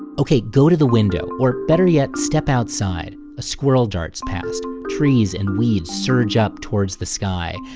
ok, go to the window. or better yet, step outside. a squirrel darts past. trees and weeds surge up towards the sky.